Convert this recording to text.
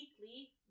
weekly